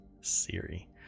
Siri